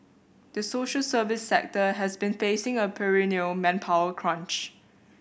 the social service sector has been facing a perennial manpower crunch